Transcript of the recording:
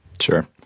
Sure